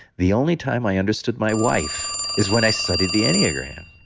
the only time i understood my wife is when i studied the enneagram,